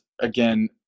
again